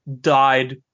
died